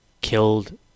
killed